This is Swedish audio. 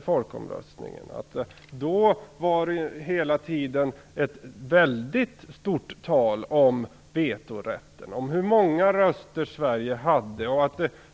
folkomröstningen att då var det hela tiden ett väldigt tal om vetorätten och om hur många röster Sverige hade.